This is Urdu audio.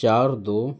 چار دو